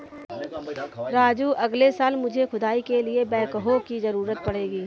राजू अगले साल मुझे खुदाई के लिए बैकहो की जरूरत पड़ेगी